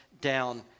down